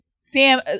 Sam